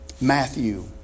Matthew